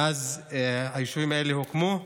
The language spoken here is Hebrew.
מאז שהיישובים האלה הוקמו.